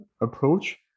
approach